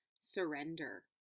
surrender